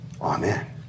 Amen